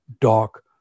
dark